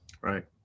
Right